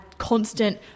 constant